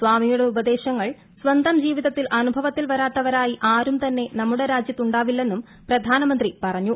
സ്വാമിയുടെ ഉപദേശങ്ങൾ സ്വന്ത ജീവിതത്തിൽ അനുഭവത്തിൽ വരാത്തവരായി ആരും തന്നെ നമ്മുടെ രാജ്യത്ത് ഉണ്ടാവില്ലെന്നു്ം പ്രധാനമന്ത്രി പറഞ്ഞു